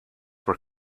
were